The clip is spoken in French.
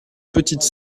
petite